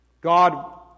God